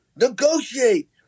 negotiate